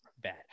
bad